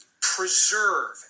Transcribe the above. preserve